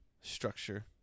structure